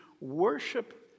worship